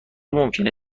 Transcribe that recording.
ممکنه